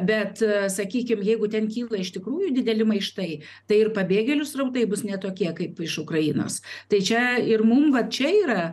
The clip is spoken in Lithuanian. bet sakykim jeigu ten kyla iš tikrųjų dideli maištai tai ir pabėgėlių srautai bus ne tokie kaip iš ukrainos tai čia ir mum va čia yra